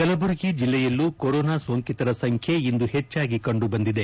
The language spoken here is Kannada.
ಕಲಬುರಗಿ ಜಿಲ್ಲೆಯಲ್ಲೂ ಕೊರೋನಾ ಸೋಂಕಿತರ ಸಂಖ್ಯೆ ಇಂದು ಹೆಚ್ಚಾಗಿ ಕಂಡುಬಂದಿದೆ